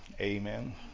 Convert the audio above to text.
Amen